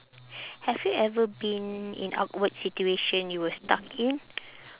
have you ever been in awkward situation you were stuck in